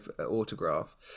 autograph